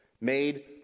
made